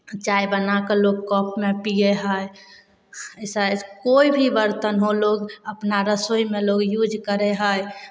चाय बना कऽ लोक कपमे पियैत हइ एसा कोइ भी बरतन हो लोक अपना रसोइमे लोक यूज करै हइ